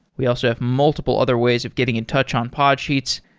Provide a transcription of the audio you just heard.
we also have multiple other ways of getting in touch on podsheets.